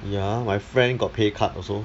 ya my friend got pay cut also